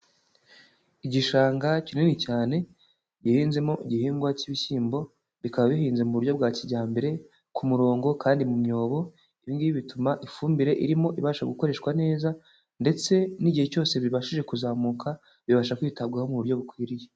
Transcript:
Igishanga kinini cyane gihinzemo igihingwa cy'ibishyimbo, bikaba bihinze mu buryo bwa kijyambere ku murongo kandi mu myobo, ibi ngibi bituma ifumbire irimo ibasha gukoreshwa neza ndetse n'igihe cyose bibashije kuzamuka bibasha kwitabwaho mu buryo bukwiriye.